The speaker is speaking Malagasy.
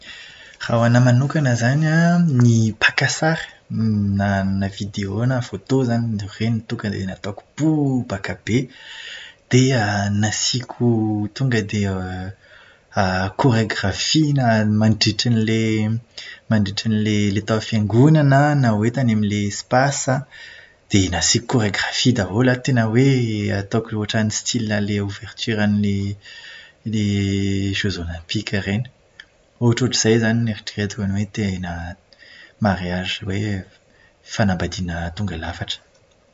Raha ho anahy manokana izany an, ny mpaka sary na vidéo na photo izany ireny tonga dia nataoko bobaka be. Dia nasiako tonga dia koregrafia na mandritran'ilay mandritran'ilay tao amin'ny fiangonana na hoe tao amin'ilay espasy, dia nasiako koregrafia daholo an, tena hoe nataoko ohatran'ny style an'ilay ouverture an'ny ny jeux olympique ireny. Ohatrohatr'izay izany no eritreretiko hoe tena mariazy hoe fanambadiana tonga lafatra.